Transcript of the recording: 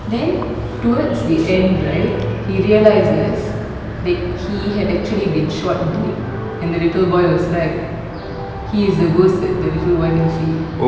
then towards the end right he realises that he had actually been shot dead and the little boy was right he is the ghost that the little boy can see